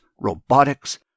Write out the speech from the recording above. robotics